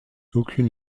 aucune